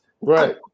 Right